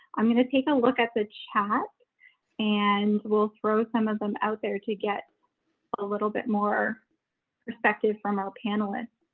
i'm gonna take a look at the chat and we'll throw some of them out there to get a little bit more perspective from our panelists.